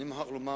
אני מוכרח לומר